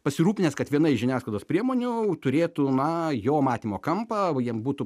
pasirūpinęs kad viena iš žiniasklaidos priemonių turėtų na jo matymo kampą jam būtų